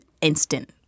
instant